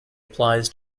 applies